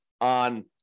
on